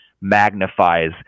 magnifies